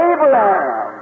Abraham